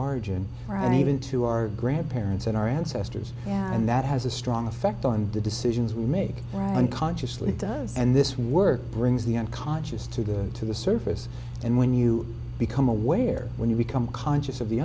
origin right even to our grandparents and our ancestors and that has a strong effect on the decisions we make right unconsciously and this work brings the unconscious to the to the surface and when you become aware when you become conscious of the